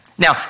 Now